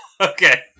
Okay